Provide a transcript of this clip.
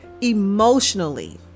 emotionally